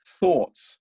thoughts